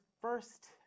first